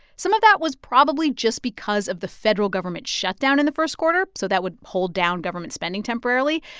some of that was probably just because of the federal government shutdown in the first quarter, so that would hold down government spending temporarily,